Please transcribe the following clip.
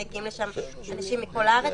מגיעים לשם אנשים מכל הארץ,